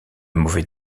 mauvais